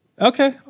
Okay